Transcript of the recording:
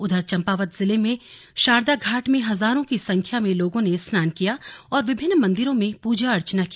उधर चम्पावत जिले के शारदा घाट में हजारों की संख्या में लोगों ने स्नान किया और विभिन्न मन्दिरो में पूजन अर्चना की